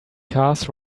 cars